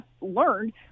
learned